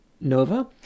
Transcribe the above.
nova